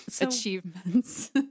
achievements